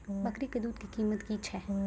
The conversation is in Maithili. बकरी के दूध के कीमत की छै?